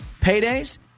payday's